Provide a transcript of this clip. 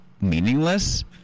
meaningless